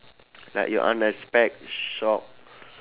like you unexpect shock